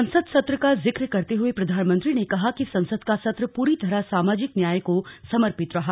संसद सत्र का जिक्र करते हुए प्रधानमंत्री ने कहा कि संसद का सत्र पूरी तरह सामाजिक न्याय को समर्पित रहा